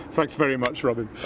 thanks very much robin.